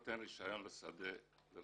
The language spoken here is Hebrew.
יוכל להיערך לשדה.